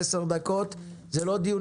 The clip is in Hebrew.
זה לא שלושה דוחות כי הדוח של הכנסת זה לא דוח